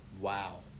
Wow